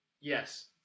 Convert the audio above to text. Yes